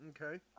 Okay